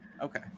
okay